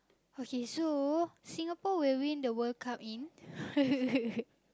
okay so Singapore will win the World Cup in